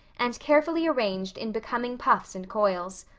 and carefully arranged in becoming puffs and coils.